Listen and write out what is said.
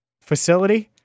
facility